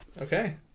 Okay